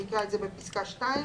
בסעיף קטן (א),